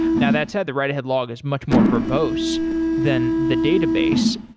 now, that said, the write-ahead log is much more verbose than the database.